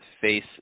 face